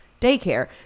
daycare